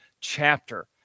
chapter